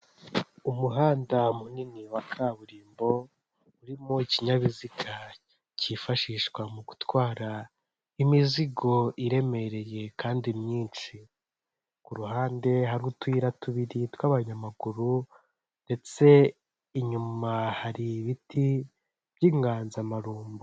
Umuhanda munini wa kaburimbo urimo ikinyabiziga cyifashishwa mu gutwara imizigo iremereye kandi myinshi, ku ruhande hari utuyira tubiri tw'abanyamaguru ndetse inyuma hari ibiti by'inganzamarumbu.